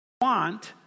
want